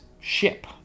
ship